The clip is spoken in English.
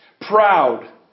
proud